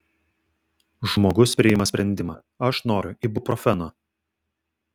žmogus priima sprendimą aš noriu ibuprofeno